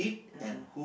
(uh huh)